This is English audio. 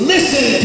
Listen